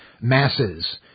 Masses